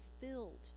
filled